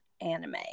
anime